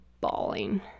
bawling